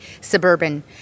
suburban